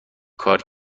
کار